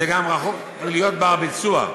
זה גם רחוק מלהיות בר-ביצוע.